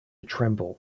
tremble